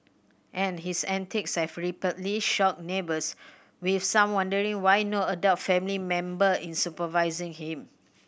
and his antics have repeatedly shocked neighbours with some wondering why no adult family member is supervising him